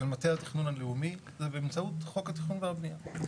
של מטה התכנון הלאומי זה באמצעות חוק התכנון והבנייה.